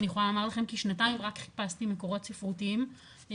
אני יכולה לומר לכם כי שנתיים רק חיפשתי מקורות ספרותיים וקשה